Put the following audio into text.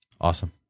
awesome